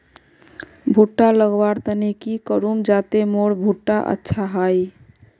भुट्टा लगवार तने की करूम जाते मोर भुट्टा अच्छा हाई?